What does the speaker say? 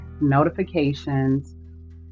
notifications